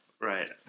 Right